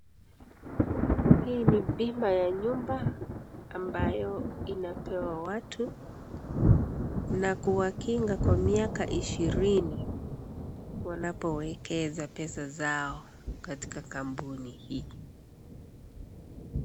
Hii ni bima ya nyumba, ambayo inapewa watu, na kuwakinga kwa miaka ishirini, wanapowekeza pesa zao katika kampuni hii.